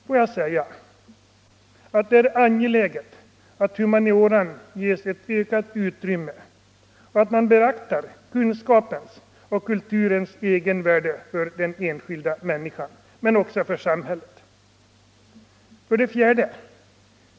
Får jag säga att det är angeläget att humaniora ges ett ökat utrymme och att man beaktar kunskapens och kulturens egenvärde för den enskilda människan - men också för samhället! 4.